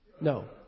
No